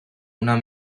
una